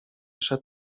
szedł